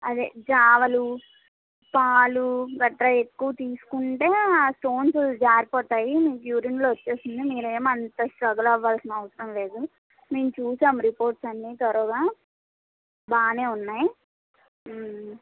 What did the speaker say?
అదే జావాలు పాలు గట్ర ఎక్కువ తీసుకుంటే ఆ స్టోన్స్ జారిపోతాయి మీకు యూరిన్లో వస్తుంది మీరు ఏమంత స్ట్రగుల్ అవ్వాల్సిన అవసరం లేదు మేము చూసాము రిపోర్ట్స్ అన్నీ థరోగా బాగా ఉన్నాయి